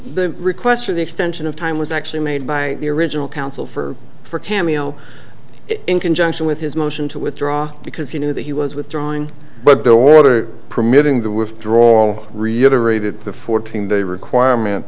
the request of the extension of time was actually made by the original council for for cameo in conjunction with his motion to withdraw because he knew that he was withdrawing but don't order permitting the withdrawal reiterated the fourteen day requirement